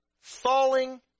falling